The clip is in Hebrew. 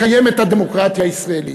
לקיים את הדמוקרטיה הישראלית.